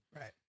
Right